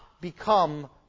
become